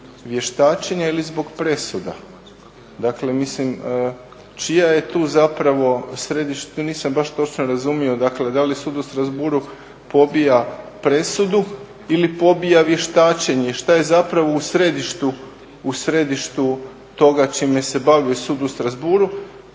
vještačenja ili zbog presuda? Dakle mislim čija tu zapravo, tu nisam baš točno razumio dakle da li sud u Strasbourgu pobija presudu ili pobija vještačenje? I šta je zapravo u središtu toga čime se bavio sud u Strasbourgu,